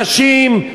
נשים,